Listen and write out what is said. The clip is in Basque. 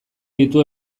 ditu